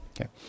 okay